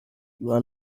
your